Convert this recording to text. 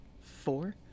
four